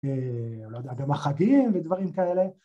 לא יודע, גם החגים ודברים כאלה.